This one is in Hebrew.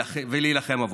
ולהילחם עבורם.